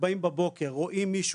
באים בבוקר ורואים מישהו,